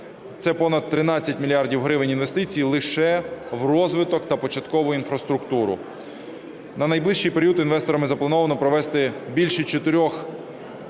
це понад 13 мільярдів гривень інвестицій лише в розвиток та початкову інфраструктуру. На найближчий період інвесторами заплановано провести більше чотирьох…